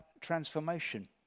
transformation